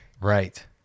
Right